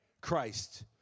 Christ